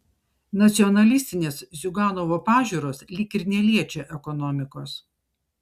nacionalistinės ziuganovo pažiūros lyg ir neliečia ekonomikos